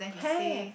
have